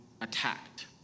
attacked